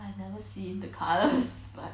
I've never seen the colours but